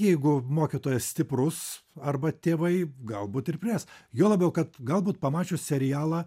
jeigu mokytojas stiprus arba tėvai galbūt ir plės juo labiau kad galbūt pamačius serialą